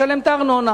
הוא משלם את הארנונה.